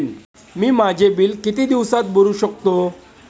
मी माझे बिल किती दिवसांत भरू शकतो?